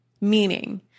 Meaning